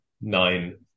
nine